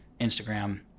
Instagram